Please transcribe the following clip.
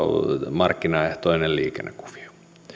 markkinaehtoinen liikennekuvio